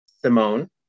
Simone